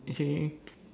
actually